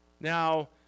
Now